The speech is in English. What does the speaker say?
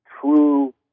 true